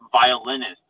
violinist